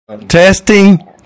Testing